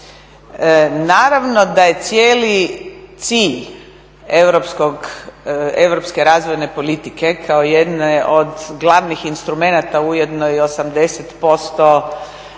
Naravno da je cijeli cilj Europske razvojne politike kao jedne od glavnih instrumenata, ujedno i 80%